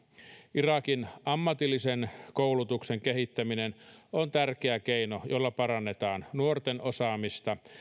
irakin ammatillisen koulutuksen kehittäminen on tärkeä keino jolla parannetaan nuorten osaamista